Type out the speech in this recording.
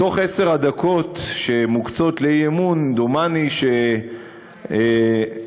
מתוך עשר הדקות שמוקצות לאי-אמון, דומני, חמש.